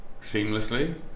seamlessly